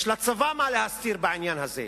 יש לצבא מה להסתיר בעניין הזה.